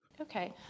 Okay